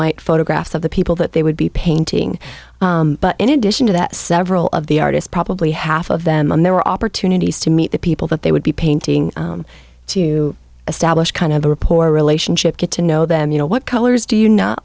white photographs of the the people they would be painting but in addition to that several of the artists probably half of them on there were opportunities to meet the people that they would be painting to establish kind of a reporter relationship get to know them you know what colors do you kno